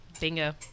bingo